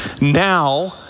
now